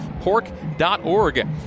pork.org